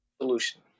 solution